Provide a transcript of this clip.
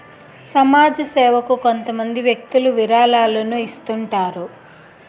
సమాజ సేవకు కొంతమంది వ్యక్తులు విరాళాలను ఇస్తుంటారు